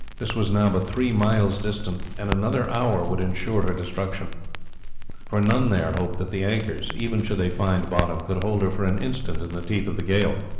this was now but three miles distant, and another hour would ensure her destruction for none there hoped that the anchors, even should they find bottom, could hold her for an instant in the teeth of the gale.